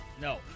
No